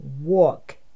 walk